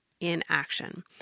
inaction